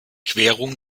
querung